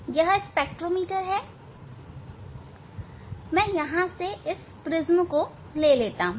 यह स्पेक्ट्रोमीटर है मैं यहां से इस प्रिज्म को ले लेता हूं